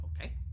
Okay